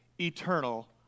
eternal